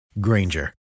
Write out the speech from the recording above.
Granger